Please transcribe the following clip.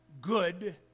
good